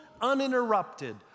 uninterrupted